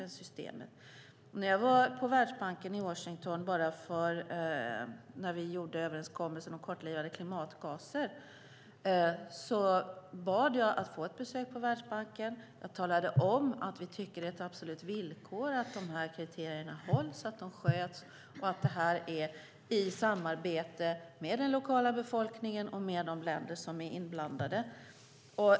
När jag var på Världsbanken i Washington i samband med att vi gjorde överenskommelsen om kortlivade klimatgaser talade jag om att det är ett absolut villkor att de här kriterierna hålls och att det sker i samarbete med lokalbefolkningen och de länder som är inblandade.